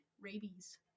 rabies